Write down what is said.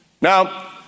Now